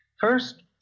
First